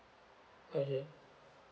okay